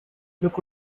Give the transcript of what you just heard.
look